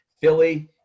Philly